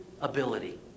ability